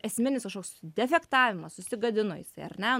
esminis kažkoks defektavimas susigadino jisai ar ne